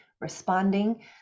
responding